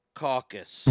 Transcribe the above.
caucus